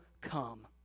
come